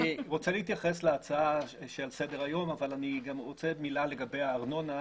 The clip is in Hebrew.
אני רוצה להתייחס להצעה שעל סדר היום אבל אני רוצה מילה לגבי הארנונה.